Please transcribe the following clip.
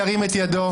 ירים את ידו.